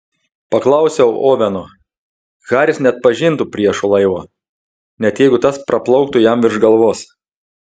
paklausiau oveno haris neatpažintų priešo laivo net jeigu tas praplauktų jam virš galvos